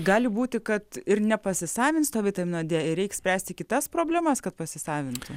gali būti kad ir nepasisavins to vitamino d ir reiks spręsti kitas problemas kad pasisavintų